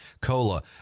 COLA